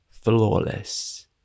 Flawless